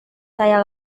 saya